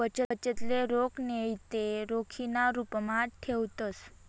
बचतले रोख नैते रोखीना रुपमा ठेवतंस